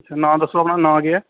अच्छा नांऽ दस्सो अपना नांऽ केह् ऐ